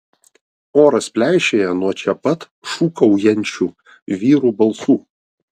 oras pleišėja nuo čia pat šūkaujančių vyrų balsų